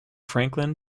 franklin